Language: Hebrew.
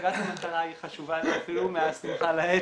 כיון שהמטרה היא חשובה --- מהשמחה לאיד